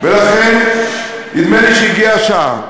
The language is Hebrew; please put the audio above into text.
ולכן, נדמה לי שהגיעה השעה,